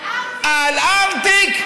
על ארטיק?